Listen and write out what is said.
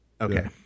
Okay